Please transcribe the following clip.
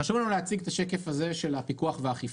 חשוב לנו להציג את השקף הזה של הפיקוח והאכיפה.